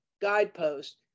guidepost